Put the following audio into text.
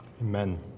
Amen